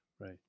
Right